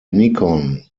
nikon